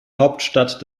hauptstadt